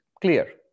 clear